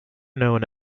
known